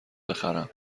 بخرم